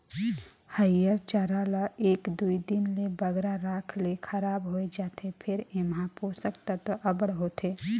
हयिर चारा ल एक दुई दिन ले बगरा राखे ले खराब होए जाथे फेर एम्हां पोसक तत्व अब्बड़ होथे